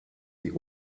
die